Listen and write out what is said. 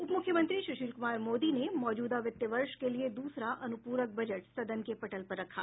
उपमुख्यमंत्री सुशील कुमार मोदी ने मौजूदा वित्त वर्ष के लिए दूसरा अनुपूरक बजट सदन के पटल पर रखा